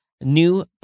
new